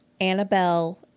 Annabelle